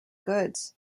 goods